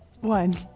one